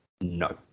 no